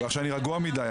ועכשיו אני רגוע מדי,